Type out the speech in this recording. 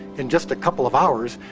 in just a couple of hours,